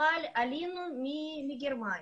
אבל עלינו מגרמניה.